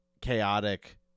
chaotic